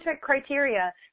criteria